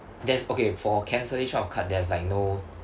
there's okay for cancellation of card there's like no